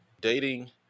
Dating